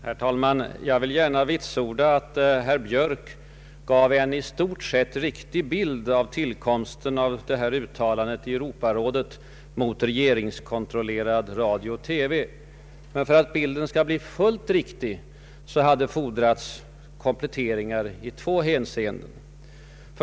Herr talman! Jag vill gärna vitsorda att herr Björk gav en i stort sett riktig bild av tillkomsten av uttalandet i Europarådet mot regeringskontrollerad radio och TV. Men för att bilden skall bli fullt riktig hade fordrats kompletteringar i ett par hänseenden.